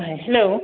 hello